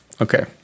okay